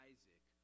Isaac